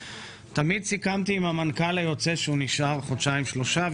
תמיד סיכמתי עם המנכ"ל היוצא שהוא נשאר חודשיים שלושה.